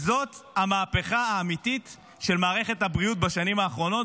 זאת המהפכה האמיתית של מערכת הבריאות בשנים האחרונות.